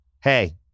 Hey